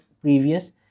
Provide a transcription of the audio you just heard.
previous